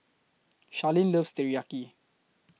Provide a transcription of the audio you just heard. Charlene loves Teriyaki